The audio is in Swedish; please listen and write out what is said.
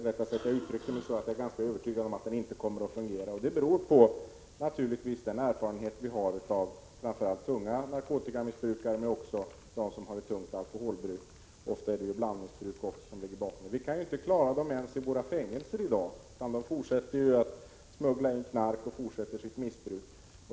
Rättare sagt är jag ganska övertygad om att den inte kommer att fungera. Det beror naturligtvis på den erfarenhet vi har framför allt av missbrukare av tung narkotika, men även av dem med ett tungt alkoholbruk. Ofta ligger blandmissbruk bakom. Vi kan inte ens klara dem i våra fängelser i dag. De smugglar in knark och fortsätter sitt missbruk.